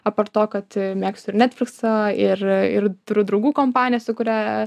aptart to kad mėgstu ir netflixą ir turiu draugų kompaniją su kuria